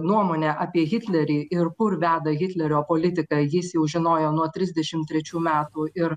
nuomonę apie hitlerį ir kur veda hitlerio politika jis jau žinojo nuo trisdešim trečių metų ir